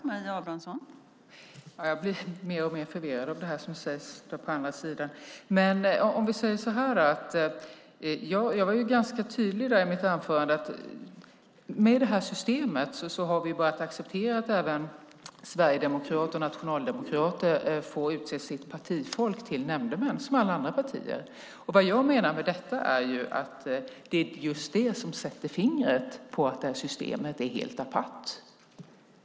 Fru talman! Jag blir alltmer förvirrad av det som sägs från den andra sidan här. Låt mig säga så här: Jag var ganska tydlig i mitt anförande när det gäller att vi med detta system bara har att acceptera att även sverigedemokrater och nationaldemokrater som alla andra partier får utse sitt partifolk till nämndemän. Vad jag menar med detta är att det är just det som sätter fingret på att systemet är helt apart.